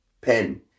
pen